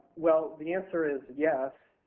well, the answer is yes.